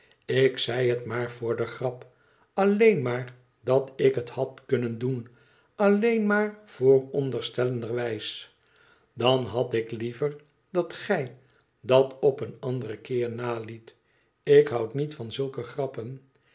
ik zei het maar voor de grap alleen maar dat ik het had kunnen doen alleen maar voorondersteuenderwijs dan had ik liever dat gij dat op een anderen keer naliet ik houd niet van zulke grappen